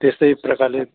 त्यस्तै प्रकारले